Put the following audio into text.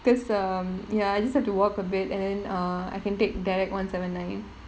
because um ya I just have to walk a bit and then err I can take direct one seven nine